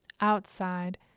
Outside